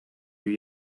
you